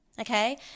okay